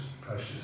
precious